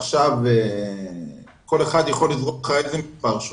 עכשיו כל אחד יכול לזרוק לך איזה מספר שהוא